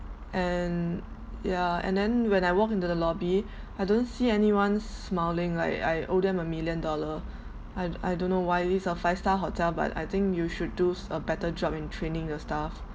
and ya and then when I walked into the lobby I don't see anyone smiling like I owe them a million dollar I I don't know why this a five star hotel but I think you should do a better job in training your staff